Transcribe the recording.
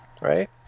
right